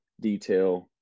detail